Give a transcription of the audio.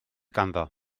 ganddo